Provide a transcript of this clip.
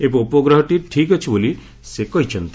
ଏବେ ଉପଗ୍ରହଟି ଠିକ୍ ଅଛି ବୋଲି ସେ କହିଚ୍ଛନ୍ତି